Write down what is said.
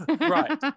right